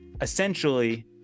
essentially